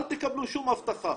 אל תקבלו שום הבטחה.